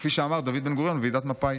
כפי שאמר דוד בן-גוריון בוועידת מפא"י,